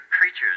creatures